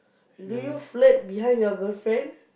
do you flirt behind your girlfriend